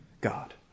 God